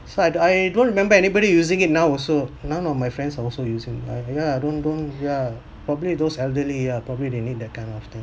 so I don't I don't remember anybody using it now also none of my friends are also using like ya don't don't ya probably those elderly ya probably they need that kind of thing